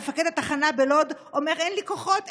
מפקד התחנה בלוד אומר: אין לי כוחות,